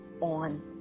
on